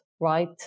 right